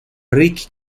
ricky